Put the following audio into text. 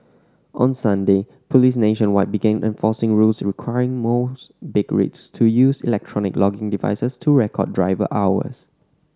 on Sunday police nationwide began enforcing rules requiring most big rigs to use electronic logging devices to record driver hours